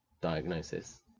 diagnosis